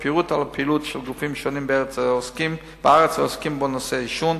פירוט על הפעילות של גופים שונים בארץ העוסקים בנושא העישון,